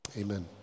Amen